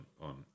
on